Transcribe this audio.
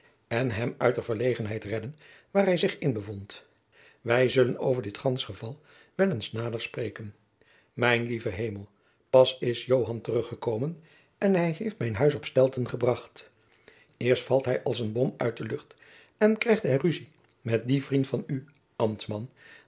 en hem uit de verlegenheid redden waar hij zich in bevond wij zullen over dit gandsche geval wel eens nader spreken mijn lieve hemel pas is joan teruggekomen en hij heeft mijn huis op stelten gebracht eerst valt hij als een bom uit de lucht en krijgt hij rusie met dien vriend van u ambtman